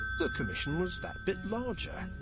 the commission was that bit larger.